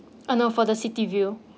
uh no for the city view